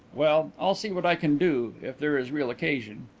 well, i'll see what i can do if there is real occasion.